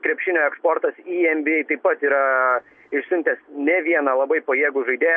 krepšinio eksportas į enbyei taip pat yra išsiuntęs ne vieną labai pajėgų žaidėją